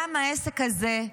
גם העסק הזה,